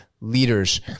leaders